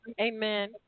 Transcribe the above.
Amen